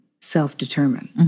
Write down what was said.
self-determined